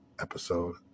episode